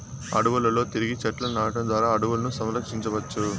అడవులలో తిరిగి చెట్లను నాటడం ద్వారా అడవులను సంరక్షించవచ్చు